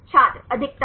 छात्र अधिकतम